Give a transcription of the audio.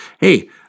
hey